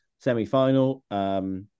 Semi-final